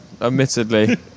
admittedly